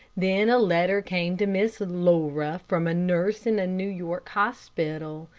then a letter came to miss laura from a nurse in a new york hospital.